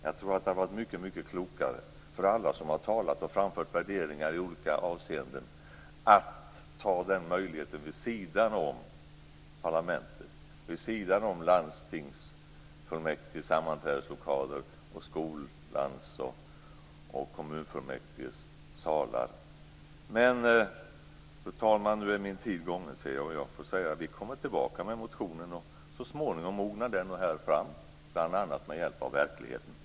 Jag tror att det hade varit mycket klokare för alla som har talat och framfört värderingar i olika avseenden att ta den möjligheten vid sidan om parlamentet, vid sidan om landstingsfullmäktiges sammanträdeslokaler och vid sidan av skolans och kommunfullmäktiges salar. Fru talman! Jag ser att taletiden är slut men vi kommer tillbaka med vår motion. Så småningom mognar den nog fram här, bl.a. med hjälp av verkligheten.